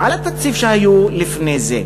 ועל התקציבים שהיו לפני זה,